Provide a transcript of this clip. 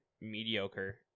mediocre